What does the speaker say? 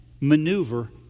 maneuver